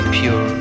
pure